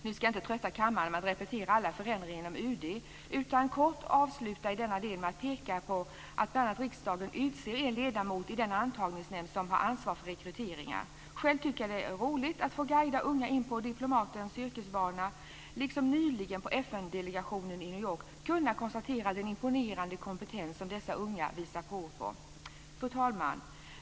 Nu ska jag inte trötta kammaren med att repetera alla förändringar inom UD, utan jag ska kort avsluta denna del med att peka på att bl.a. riksdagen utser en ledamot i den antagningsnämnd som har ansvar för rekryteringar. Själv tycker jag att det är roligt att få guida unga in på diplomatens yrkesbana liksom att, som nyligen på FN-delegationen i New York, kunna konstatera att dessa unga visar prov på en imponerande kompetens. Fru talman!